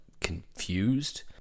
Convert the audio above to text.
confused